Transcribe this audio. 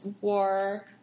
war